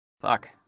fuck